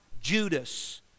Judas